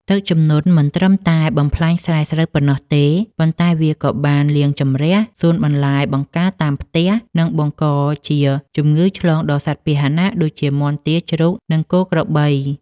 ទឹកជំនន់មិនត្រឹមតែបំផ្លាញស្រែស្រូវប៉ុណ្ណោះទេ ប៉ុន្តែវាក៏បានលាងជម្រះសួនបន្លែបង្ការតាមផ្ទះ និងបង្កជាជំងឺឆ្លងដល់សត្វពាហនៈដូចជាមាន់ ទា ជ្រូក និងគោក្របី។